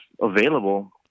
available